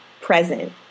present